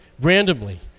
randomly